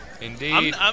Indeed